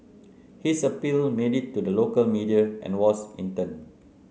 his appeal made it to the local media and was in turn